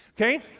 okay